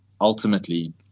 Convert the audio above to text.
ultimately –